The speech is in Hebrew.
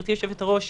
גברתי יושבת-הראש,